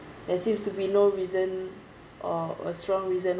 there seems to be no reason or a strong reason